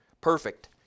Perfect